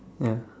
ya